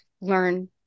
learn